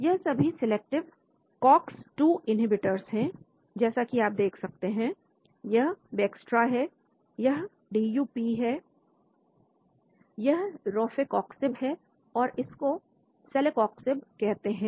यह सभी selective Cox 2 inhibitors हैं जैसा कि आप देख सकते हैं यह Bextra है यह DuP है यह रोफैकॉक्सिब है और इसको सेलीकॉक्सिब कहते हैं